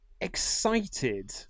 Excited